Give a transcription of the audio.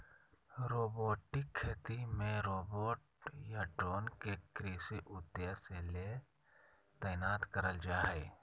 robotic खेती मे robot या ड्रोन के कृषि उद्देश्य ले तैनात करल जा हई